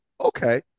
okay